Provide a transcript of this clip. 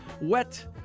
wet